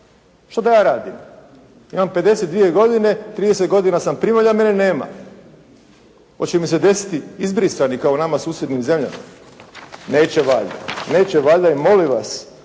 Šta da ja radim? Imam 52 godine. 30 godina sam primalja. Mene nema. Hoće mi se desiti izbrisani kao u nama susjednim zemljama?» Neće valjda. Neće valjda. I molim vas,